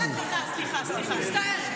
סליחה, סליחה.